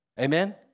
Amen